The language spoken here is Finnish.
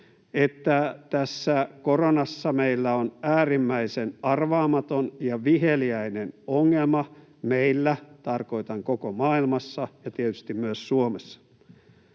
että tässä koronassa meillä on äärimmäisen arvaamaton ja viheliäinen ongelma — ”meillä” tarkoitan koko maailmaa ja tietysti myös Suomea.